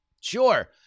Sure